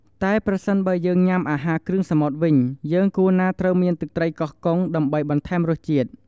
តែប្រសិនបើយើងញុាំអាហារគ្រឿងសមុទ្រវិញ យើងគួរណាត្រូវមានទឹកត្រីកោះកុងដើម្បីបន្ថែមរសជាតិ។